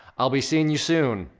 i'll be seeing you soon.